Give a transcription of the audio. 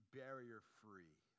barrier-free